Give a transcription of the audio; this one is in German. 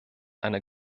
einer